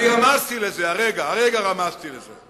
הרגע רמזתי לזה.